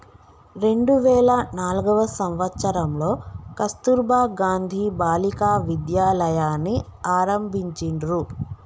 రెండు వేల నాల్గవ సంవచ్చరంలో కస్తుర్బా గాంధీ బాలికా విద్యాలయని ఆరంభించిర్రు